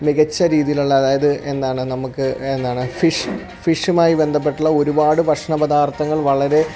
മികച്ച രീതിയിലുള്ള അതായത് എന്താണ് നമ്മുക്ക് എന്താണ് ഫിഷ് ഫിഷുമായി ബന്ധപ്പെട്ടുള്ള ഒരുപാട് ഭക്ഷണ പദാർത്ഥങ്ങൾ വളരെ